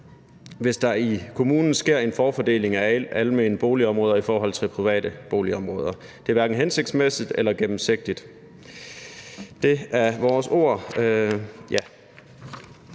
hvis der i kommunen sker en forfordeling af almene boligområder i forhold til private boligområder. Det er hverken hensigtsmæssigt eller gennemsigtigt. Det er vores ord.